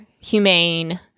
humane